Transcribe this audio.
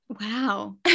Wow